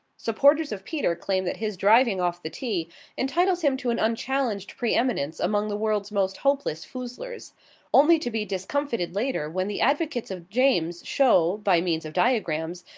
supporters of peter claim that his driving off the tee entitles him to an unchallenged pre-eminence among the world's most hopeless foozlers only to be discomfited later when the advocates of james show, by means of diagrams,